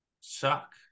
suck